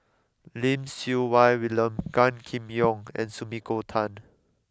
Lim Siew Wai William Gan Kim Yong and Sumiko Tan